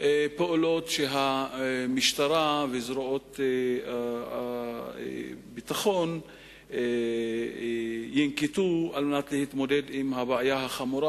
פעולות שהמשטרה וזרועות הביטחון ינקטו כדי להתמודד עם הבעיה החמורה,